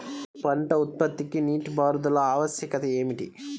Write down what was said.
పంట ఉత్పత్తికి నీటిపారుదల ఆవశ్యకత ఏమిటీ?